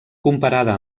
comparada